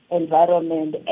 environment